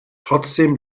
trotzdem